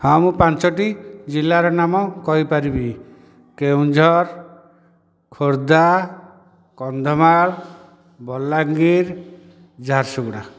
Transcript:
ହଁ ମୁଁ ପାଞ୍ଚୋଟି ଜିଲ୍ଲାର ନାମ କହିପାରିବି କେଉଁଝର ଖୋର୍ଦ୍ଧା କନ୍ଧମାଳ ବଲାଙ୍ଗୀର ଝାରସୁଗୁଡ଼ା